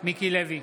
מיקי לוי,